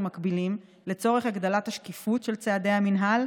מקבילים לצורך הגדלת השקיפות של צעדי המינהל,